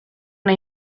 una